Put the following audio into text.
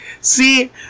see